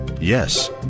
Yes